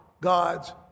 God's